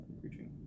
preaching